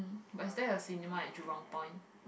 but that is a cinema in Jurong Point